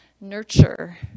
nurture